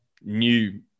new